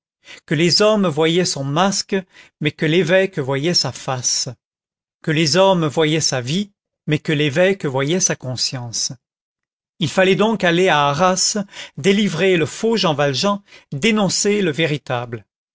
que les hommes voyaient son masque mais que l'évêque voyait sa face que les hommes voyaient sa vie mais que l'évêque voyait sa conscience il fallait donc aller à arras délivrer le faux jean valjean dénoncer le véritable